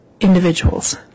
individuals